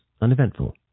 uneventful